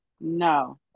No